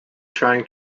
trying